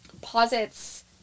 posits